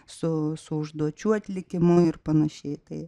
su užduočių atlikimu ir panašiai tai